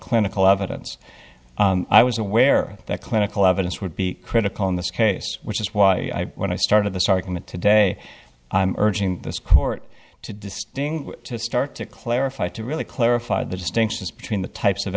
clinical evidence i was aware that clinical evidence would be critical in this case which is why when i started the sergeant today i'm urging this court to distinguish to start to clarify to really clarify the distinctions between the types of